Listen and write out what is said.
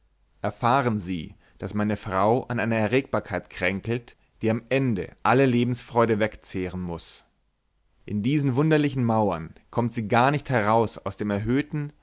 erfahren sie daß meine frau an einer erregbarkeit kränkelt die am ende alle lebensfreude wegzehren muß in diesen wunderlichen mauern kommt sie gar nicht heraus aus dem erhöhten